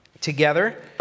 together